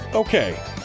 Okay